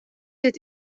dit